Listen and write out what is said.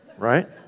Right